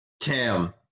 Cam